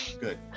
good